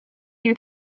you